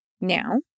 Now